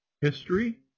history